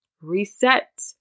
reset